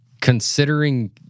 Considering